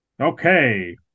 Okay